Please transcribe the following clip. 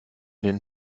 den